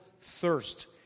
thirst